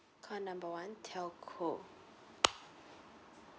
call number one telco